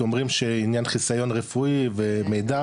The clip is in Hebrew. כי אומרים שעניין חיסיון רפואי ומידע